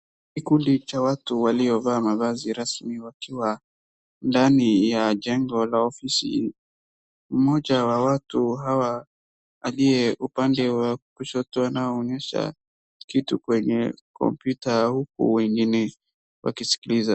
Kikundi cha watu waliovaa mavazi rasmi wakiwa ndani ya jengo la ofisi. Mmmoja wa watu hawa aliyeupande wa kushoto anaoonyesha kitu kwenye kompyuta huku wengine wakisikiliza.